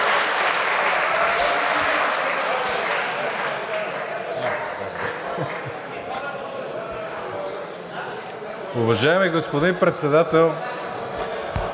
Уважаеми господин Председател!